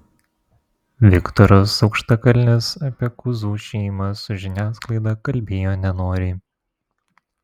viktoras aukštakalnis apie kuzų šeimą su žiniasklaida kalbėjo nenoriai